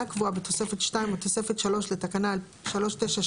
קבועה בתוספת 2 או תוספת 3 לתקנה 396/2005,